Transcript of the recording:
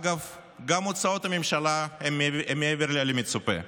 אגב, גם הוצאות הממשלה הן מעבר למצופה,